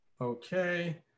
Okay